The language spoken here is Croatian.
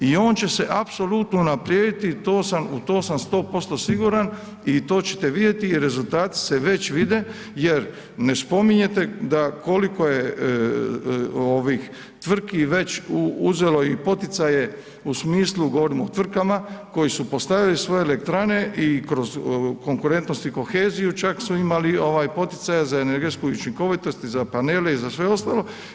I on će se apsolutno unaprijediti u to sam 100% siguran i to ćete vidjeti i rezultati se već vide jer ne spominjete da koliko je ovih tvrtki već uzelo i poticanje, u smislu, govorim o tvrtkama koji su postavili svoje elektrane i kroz Konkurentnost i koheziju čak su imali ovaj poticaja za energetsku učinkovitost i za panele i za sve ostalo.